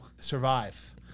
survive